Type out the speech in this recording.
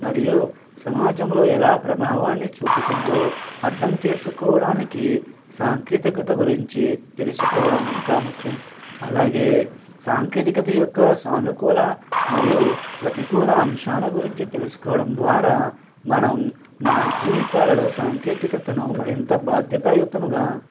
మరియు సమాజంలో ఎలా ప్రభావాన్ని చూపుతుందో అర్థం చేసుకోవడానికి సాంకేతికత గురించి తెలుసుకోవడం ఇంకా ముఖ్యం అలాగే సాంకేతికత యొక్క సానుకూల మరియు ప్రతికూల అంశాల గురించి తెలుసుకోవడం ద్వారా మనం మన జీవితాలలో సాంకేతికతను మరింత బాధ్యతాయుతముగా